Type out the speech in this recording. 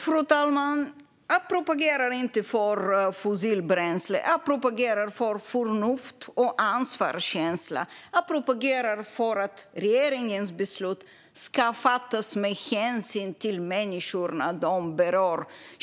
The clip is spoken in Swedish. Fru talman! Jag propagerar inte för fossilbränsle utan för förnuft och ansvarskänsla. Jag propagerar för att regeringens beslut ska fattas med hänsyn till de människor som berörs.